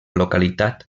localitat